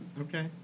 Okay